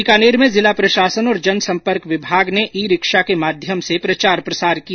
बीकानेर में जिला प्रशासन और जन सम्पर्क विभाग ने ई रिक्शा के माध्यम से प्रचार प्रसार किया